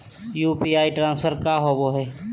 UPI transfer का होव हई?